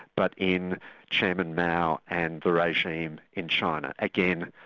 but in chairman mao and the regime in china. again,